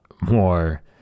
more